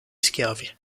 schiavi